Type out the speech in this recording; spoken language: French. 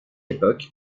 époque